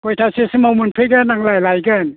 खयथासोसिमाव मोनफैगोन आंलाय लायगोन